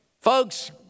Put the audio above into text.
Folks